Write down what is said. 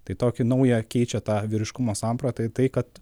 tai tokį naują keičia tą vyriškumo sampratą į tai kad